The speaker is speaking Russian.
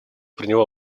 приняла